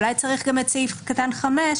ואולי צריך גם את סעיף קטן (5),